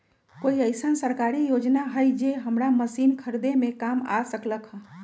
कोइ अईसन सरकारी योजना हई जे हमरा मशीन खरीदे में काम आ सकलक ह?